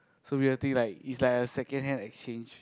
so we'll think like it's like a second hand exchange